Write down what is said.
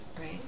right